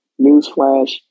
Newsflash